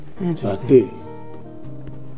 Interesting